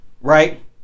right